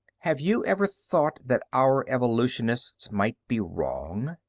have you ever thought that our evolutionists might be wrong,